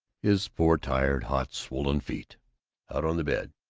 his poor, tired, hot, swollen feet out on the bed.